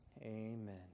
Amen